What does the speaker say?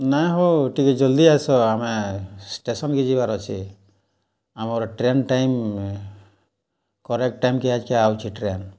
ନାଏ ହୋ ଟିକେ ଜଲ୍ଦି ଆସ ଆମେ ଷ୍ଟେସନ୍କେ ଯିବାର୍ ଅଛେ ଆମର୍ ଟ୍ରେନ୍ ଟାଇମ୍ କରେକ୍ଟ୍ ଟାଇମ୍ କେ ଆଏଜ୍କା ଆଉଛେ ଟ୍ରେନ୍